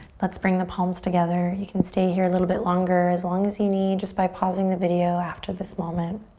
let's bring the palms together. you can stay here a little bit longer, as long as you need by pausing the video after this moment.